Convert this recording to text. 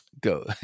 go